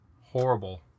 horrible